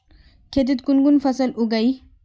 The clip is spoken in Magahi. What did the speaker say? खेतीत कुन कुन फसल उगेई?